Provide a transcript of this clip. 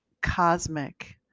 cosmic